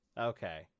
Okay